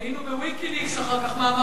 ראינו ב"ויקיליקס" אחר כך מה אמרת.